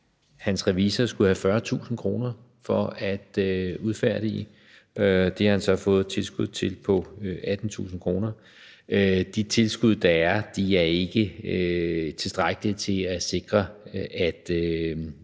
hans revisor skulle have 40.000 kr. for at udfærdige. Det har han så fået et tilskud til på 18.000 kr. De tilskud, der er, er ikke tilstrækkelige til at sikre, at